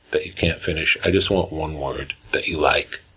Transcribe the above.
that you can't finish, i just want one word that you like,